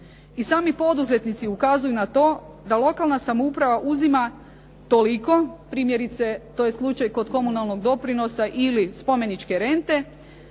I sami poduzetnici ukazuju na to da lokalna samouprava uzima toliko, primjerice to je slučaj kod komunalnog doprinosa ili spomeničke rente